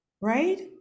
right